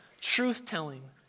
truth-telling